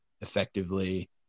effectively